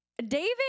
David